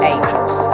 Angels